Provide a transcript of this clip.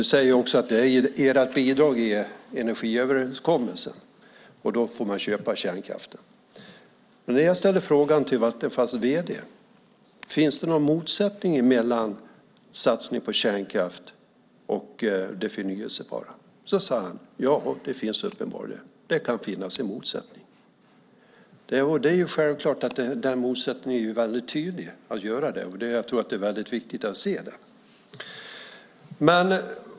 Du säger också att det är ert bidrag i energiöverenskommelsen, och då får man köpa kärnkraften. Men jag ställde frågan till Vattenfalls vd: Finns det någon motsättning mellan satsning på kärnkraft och det förnybara? Då svarade han: Ja, det finns det uppenbarligen. Det kan finnas en motsättning. Det är självklart; den motsättningen är tydlig, och jag tror att det är viktigt att se detta.